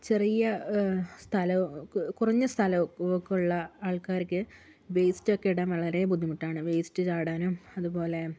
ചെറിയ സ്ഥലവും കുറഞ്ഞ സ്ഥലമൊക്കെ ഉള്ള ആൾക്കാർക്ക് വേസ്റ്റൊക്കെ ഇടാൻ വളരെ ബുദ്ധിമുട്ടാണ് വേസ്റ്റ് ചാടാനും അതുപോലെ